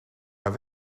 haar